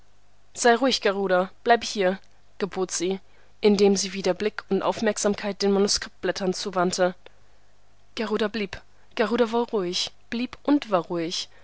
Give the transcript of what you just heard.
sei ruhig garuda bleibe hier gebot sie indem sie wieder blick und aufmerksamkeit den manuskriptblättern zuwandte garuda blieb garuda war ruhig blieb und war ruhig